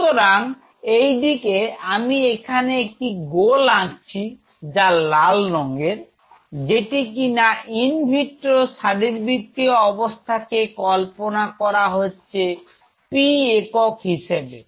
সুতরাং এইদিকে আমি এখানে একটি গোল আঁকছি যা লাল রঙের যেটি কিনা ইনভিট্রো শারীরবৃত্তীয় অবস্থা কে কল্পনা করা হচ্ছে P একক হিসেবে